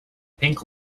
pink